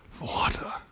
water